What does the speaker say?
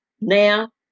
Now